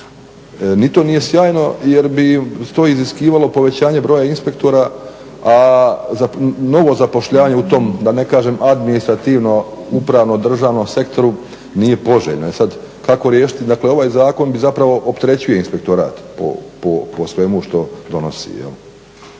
ni to nije sjajno jer bi to iziskivalo povećanje broja inspektora a novo zapošljavanje u tom da ne kažem administrativno upravno državnom sektoru nije poželjno. E sada kako riješiti? Ovaj zakon bi zapravo opterećivao inspektorat po svemu što donosi.